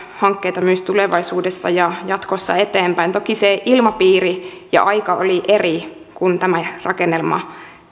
hankkeita myös tulevaisuudessa ja jatkossa eteenpäin toki se ilmapiiri ja aika oli eri kun tämä rakennelma